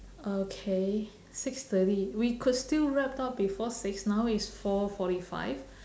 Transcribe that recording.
okay six thirty we could still wrap up before six now is four forty five